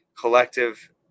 collective